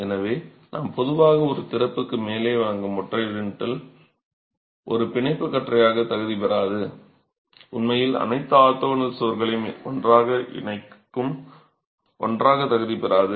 எனவே நாம் பொதுவாக ஒரு திறப்புக்கு மேலே வழங்கும் ஒற்றை லிண்டல் ஒரு பிணைப்பு கற்றையாக தகுதி பெறாது உண்மையில் அனைத்து ஆர்த்தோகனல் சுவர்களையும் ஒன்றாக இணைக்கும் ஒன்றாக தகுதி பெறாது